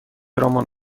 رمان